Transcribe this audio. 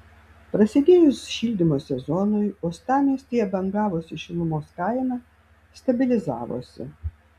prasidėjus šildymo sezonui uostamiestyje bangavusi šilumos kaina stabilizavosi